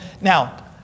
now